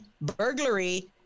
burglary